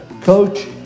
coach